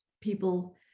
people